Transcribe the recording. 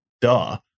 Duh